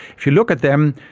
if you look at them,